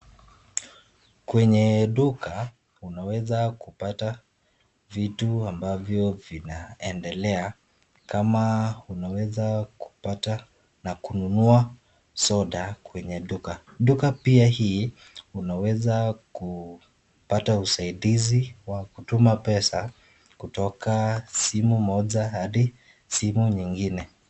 Kwenye duka unaweza kupata vitu ambavyo vinaendelea kama unaweza kupata na kununua soda kwenye duka . Duka pia hii unaweza kupata usaidizi wa kutuma pesa kutoka simu moja hadi simu nyingine.